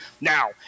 Now